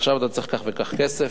עכשיו אתה צריך כך וכך כסף,